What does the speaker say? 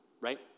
right